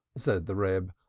said the reb,